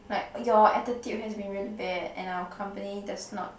like your attitude has been really bad and our company does not